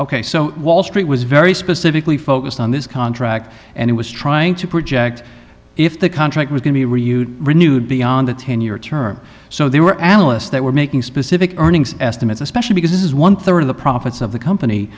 ok so wall street was very specifically focused on this contract and it was trying to project if the contract was going to be reused renewed beyond the ten year term so there were analysts that were making specific earnings estimates especially because this is one third of the profits of the company